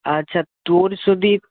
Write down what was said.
আচ্ছা তোর সেদিন